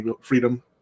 freedom